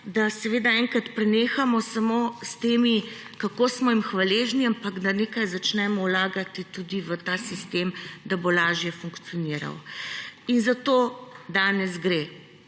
da seveda enkrat prenehamo samo s tem, kako smo jim hvaležni, ampak da nekaj začnemo vlagati tudi v ta sistem, da bo lažje funkcioniral; in zato danes gre.